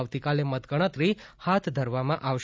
આવતીકાલે મત ગણતરી હાથ ધરવામા આવશે